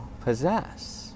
possess